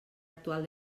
actual